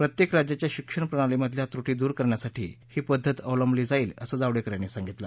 प्रत्येक राज्याच्या शिक्षण प्रणालीमधल्या त्रुटी दूर करण्यासाठी ही पद्वत अवलंबली जाईल असं जावडेकर यांनी सांगितलं